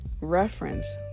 reference